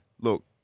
look